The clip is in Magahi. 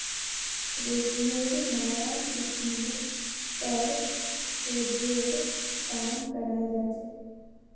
रेशमेर नाया किस्मेर पर शोध्येर काम कराल जा छ